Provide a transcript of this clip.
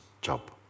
job